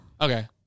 Okay